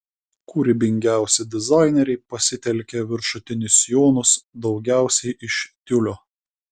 kūrybingiausi dizaineriai pasitelkė viršutinius sijonus daugiausiai iš tiulio